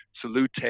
salute